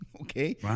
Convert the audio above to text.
Okay